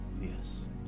Yes